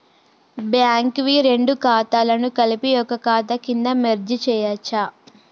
Bank వి రెండు ఖాతాలను కలిపి ఒక ఖాతా కింద మెర్జ్ చేయచ్చా?